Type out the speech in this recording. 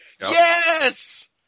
Yes